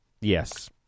Yes